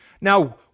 Now